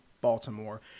baltimore